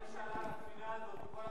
התבהמות תקרא למי שעלה על הספינה הזאת,